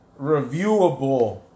reviewable